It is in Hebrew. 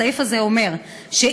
הסעיף הזה אומר שאם,